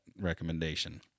recommendation